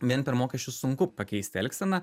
vien per mokesčius sunku pakeisti elgseną